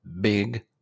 big